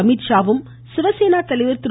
அமித்ஷாவும் சிவசேனா தலைவர் திரு